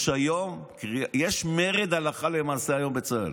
יש מרד הלכה למעשה היום בצה"ל,